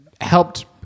helped